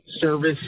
Service